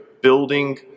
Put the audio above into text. building